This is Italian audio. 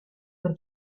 per